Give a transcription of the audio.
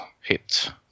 hit